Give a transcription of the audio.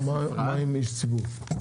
מה עם איש ציבור?